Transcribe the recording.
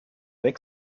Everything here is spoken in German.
weg